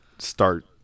start